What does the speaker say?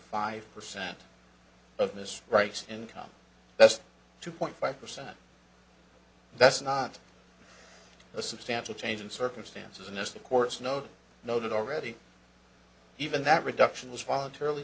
five percent of this right income that's two point five percent that's not a substantial change in circumstances and as the courts know noted already even that reduction was voluntarily